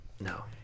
No